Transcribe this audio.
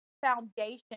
foundation